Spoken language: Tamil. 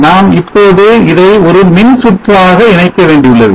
நாம் இப்பொழுது இதை ஒரு மின் சுற்றாக இணைக்க வேண்டியுள்ளது